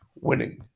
winning